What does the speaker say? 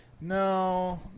No